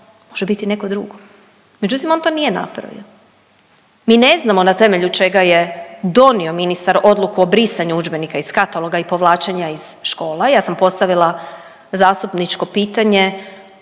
može biti neko drugo. Međutim, on to nije napravio. Mi ne znamo na temelju čega je donio ministar odluku o brisanju udžbenika iz kataloga i povlačenja iz škola. Ja sam postavila zastupničko pitanje